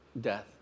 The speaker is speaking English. death